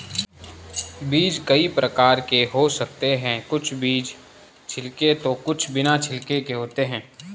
बीज कई प्रकार के हो सकते हैं कुछ बीज छिलके तो कुछ बिना छिलके के होते हैं